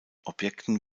objekten